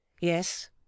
Yes